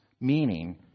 Meaning